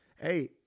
hey